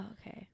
okay